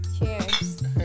Cheers